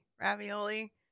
ravioli